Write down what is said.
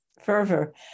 fervor